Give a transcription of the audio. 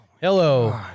Hello